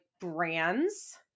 brands